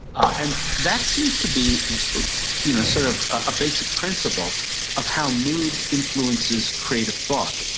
and that seems to be you know sort of a basic principle of how mood influences creative thought.